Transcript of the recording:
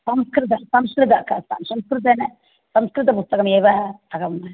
संस्कृत संस्कृत क् संस्कृतेन संस्कृतपुस्तकमेव अहं